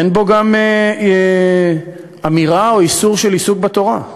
אין בו גם אמירה או איסור של עיסוק בתורה.